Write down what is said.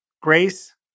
Grace